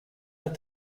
that